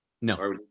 No